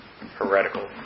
heretical